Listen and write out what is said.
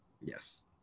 yes